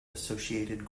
associated